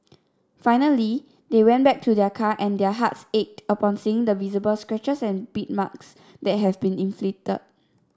finally they went back to their car and their hearts ached upon seeing the visible scratches and bite marks that had been inflicted